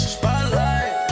spotlight